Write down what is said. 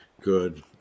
Good